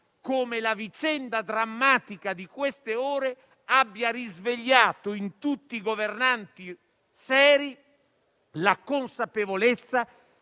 come la vicenda drammatica di queste ore abbia risvegliato in tutti i governanti seri la consapevolezza